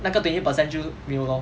那个 twenty percent 就没有 lor